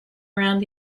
around